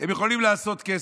שהם יכולים לעשות עליו כסף,